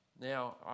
Now